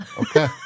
Okay